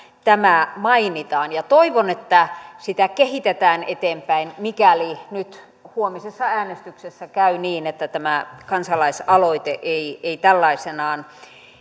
tämä mainitaan ja toivon että sitä kehitetään eteenpäin mikäli nyt huomisessa äänestyksessä käy niin että tämä kansalaisaloite ei ei tällaisenaan